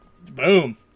boom